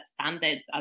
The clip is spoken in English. standards